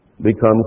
become